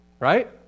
Right